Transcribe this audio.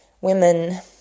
women